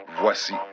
Voici